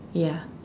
ya